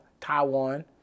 Taiwan